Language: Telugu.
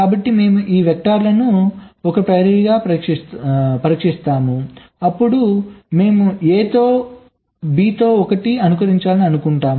కాబట్టి మేము ఈ వెక్టర్లను ఒక ప్రియోరిని పరిష్కరిస్తాము అప్పుడు మేము a 1 తో బి 1 తో అనుకరించాలని అనుకుంటాం